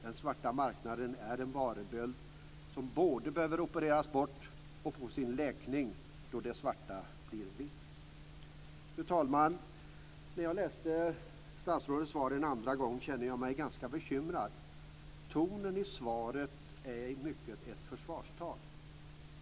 Den svarta marknaden är en varböld som behöver både "opereras bort" och få sin "läkning" då det svarta blir vitt. Fru talman! När jag läste statsrådets svar en andra gång kände jag mig ganska bekymrad. Tonen i svaret är i mångt och mycket ett försvarstal.